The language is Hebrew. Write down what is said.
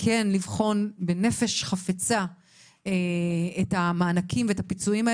יש לבחון בנפש חפצה את נושא המענקים והפיצויים.